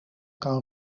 kan